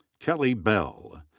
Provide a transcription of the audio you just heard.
kelly bell.